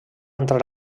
entrar